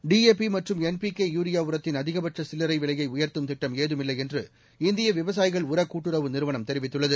DAP மற்றும் NPK urea உரத்தின் அதிகபட்ச சில்லரை விலையை உயர்த்தும் திட்டம் ஏதுமில்லை என்று இந்திய விவசாயிகள் உர கூட்டுறவு நிறுவனம் தெரிவித்துள்ளது